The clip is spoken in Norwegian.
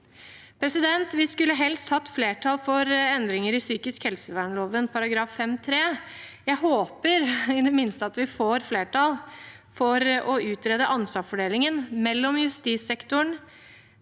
Vi skulle helst hatt flertall for endringer i psykisk helsevernloven § 5-3. Jeg håper i det minste at vi får flertall for å utrede ansvarsfordelingen mellom justissektoren,